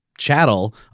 Chattel